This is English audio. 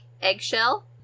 eggshell